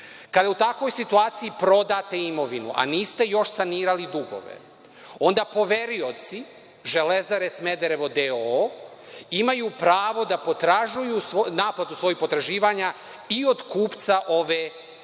Kada u takvoj situaciji prodate imovinu, a niste još sanirali dugove, onda poverioci „Železare Smederevo“ d.o.o. imaju pravo da potražuju naplatu svojih potraživanja i od kupca ove imovine